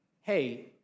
hey